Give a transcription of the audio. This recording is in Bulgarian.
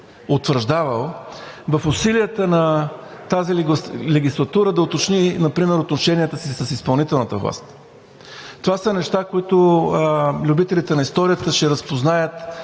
Усилията на тази легислатура да уточни например отношенията си с изпълнителната власт. Това са неща, които любителите на историята ще разпознаят